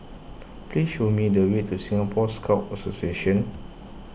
please show me the way to Singapore Scout Association